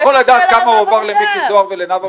אני לא יכול לדעת כמה הועבר למיקי זוהר ונאוה בוקר?